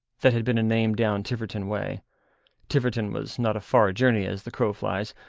that had been a name down tiverton way tiverton was not a far journey as the crow flies,